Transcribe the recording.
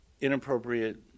inappropriate